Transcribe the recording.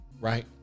right